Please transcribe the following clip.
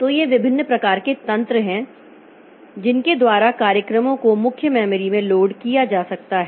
तो ये विभिन्न प्रकार के तंत्र हैं जिनके द्वारा कार्यक्रमों को मुख्य मेमोरी में लोड किया जा सकता है